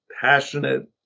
passionate